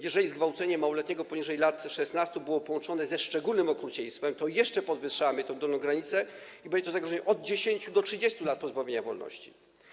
Jeżeli zgwałcenie małoletniego poniżej lat 16 było połączone ze szczególnym okrucieństwem, jeszcze podwyższamy tę dolną granicę, będzie to zagrożenie od 10 do 30 lat pozbawienia wolności.